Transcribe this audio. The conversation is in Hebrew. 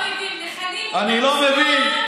מכנים אותם שמאל, אני לא מבין.